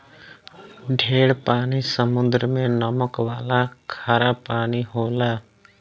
ढेर पानी समुद्र मे नमक वाला खारा पानी होला